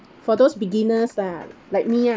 for those beginners lah like me ah